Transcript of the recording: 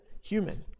human